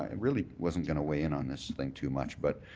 and really wasn't going to weigh in on this thing too much, but